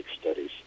studies